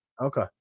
Okay